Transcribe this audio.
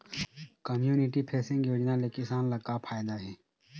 Community facing योजना ले किसान ल का फायदा हे?